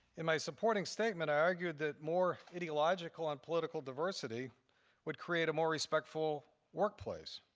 in my supporting statement, i argued that more ideological and political diversity would create a more respectful workplace.